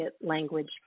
language